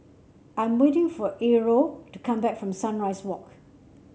I'm waiting for Errol to come back from Sunrise Walk